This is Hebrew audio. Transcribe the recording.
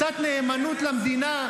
קצת נאמנות למדינה,